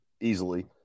easily